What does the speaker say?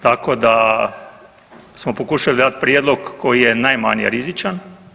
Tako da smo pokušali dati prijedlog koji je najmanje rizičan.